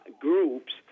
groups